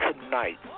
tonight